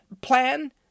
plan